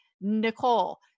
Nicole